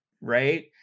right